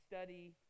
study